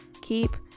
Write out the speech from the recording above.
keep